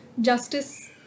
justice